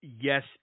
yes